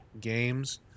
Games